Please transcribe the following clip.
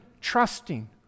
trusting